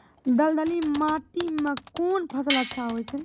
दलदली माटी म कोन फसल अच्छा होय छै?